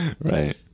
Right